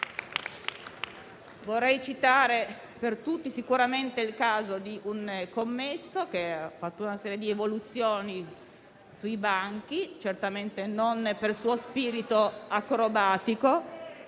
Vorrei citare, per tutti, il caso di un commesso che ha fatto una serie di evoluzioni sui banchi, certamente non per suo spirito acrobatico